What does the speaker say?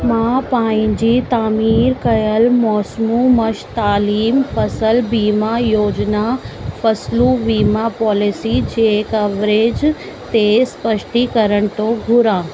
मां पंहिंजी तामीरु कयल मौसमु मुश्तमिल फसल बीमा योजना फसल वीमा पॉलिसी जे कवरेज ते स्पष्टीकरण थो घुरां